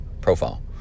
profile